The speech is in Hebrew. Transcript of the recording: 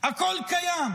הכול קיים.